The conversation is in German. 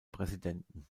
präsidenten